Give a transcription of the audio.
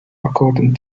according